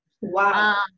Wow